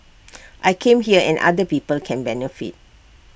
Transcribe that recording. I come here and other people can benefit